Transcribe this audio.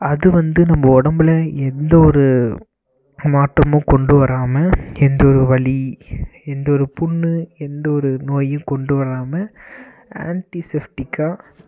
அது வந்து நம்ம உடம்பில் எந்த ஒரு மாற்றமும் கொண்டு வராமல் எந்த ஒரு வலி எந்த ஒரு புண்ணு எந்த ஒரு நோயும் கொண்டு வராமல் ஆன்ட்டி செஃப்டிக்காக